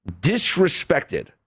disrespected